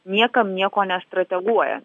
niekam nieko nestrateguojan